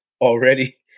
already